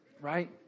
Right